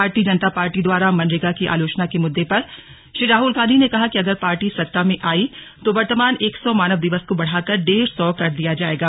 भारतीय जनता पार्टी द्वारा मनरेगा की आलोचना के मुद्दे पर श्री राहुल गांधी ने कहा कि अगर पार्टी सत्ता में आई तो वर्तमान एक सौ मानव दिवस को बढ़ाकर डेढ़ सौ कर दिया जाएगा